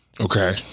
Okay